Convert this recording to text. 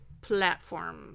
platform